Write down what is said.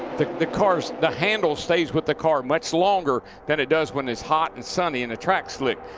the the cars, the handle stays with the car much longer than it does when it's hot and sunny and the track's slick.